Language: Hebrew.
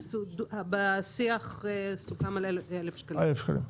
בשיח סוכם על 1,000 שקלים.